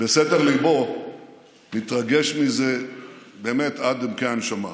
בסתר ליבו מתרגש מזה עד עמקי הנשמה.